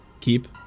keep